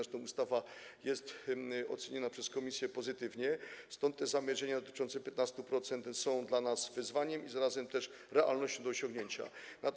Zresztą ustawa jest oceniona przez komisję pozytywnie, stąd te zamierzenia dotyczące 15% są dla nas wyzwaniem, a zarazem realne jest ich osiągnięcie.